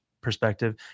perspective